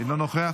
אינו נוכח,